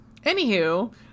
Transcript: Anywho